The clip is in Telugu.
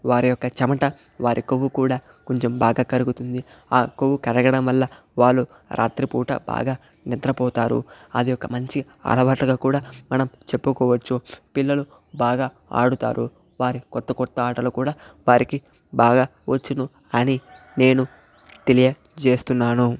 వారి యొక్క చెమట వారి కొవ్వు కూడా కొంచెం బాగా కరుగుతుంది ఆ కొవ్వు కరగడం వల్ల వాళ్ళు రాత్రిపూట బాగా నిద్రపోతారు అది ఒక మంచి అలవాటుగా కూడా మనం చెప్పుకోవచ్చు పిల్లలు బాగా ఆడుతారు వారి కొత్త కొత్త ఆటలు కూడా వారికి బాగా వచ్చును అని నేను తెలియజేస్తున్నాను